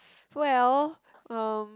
well uh